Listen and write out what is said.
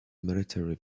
military